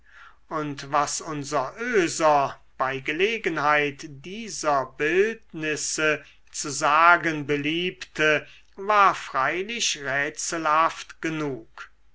und was uns oeser bei gelegenheit dieser bildnisse zu sagen beliebte war freilich rätselhaft genug